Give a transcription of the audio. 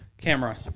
Camera